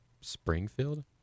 Springfield